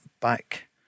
back